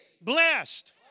blessed